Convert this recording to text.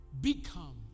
become